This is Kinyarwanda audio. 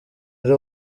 ari